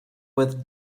with